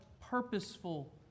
purposeful